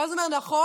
ואז הוא אומר: נכון,